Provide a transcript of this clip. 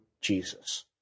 Jesus